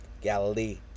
Galilee